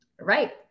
Right